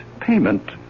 payment